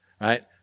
right